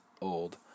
old